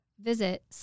visit